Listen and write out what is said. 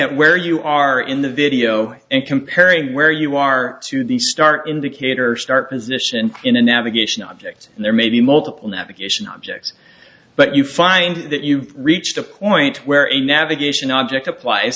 at where you are in the video and comparing where you are to the start indicator start position in a navigation object and there may be multiple navigation objects but you find that you've reached a point where a navigation object applies